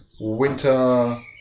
winter